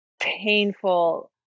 painful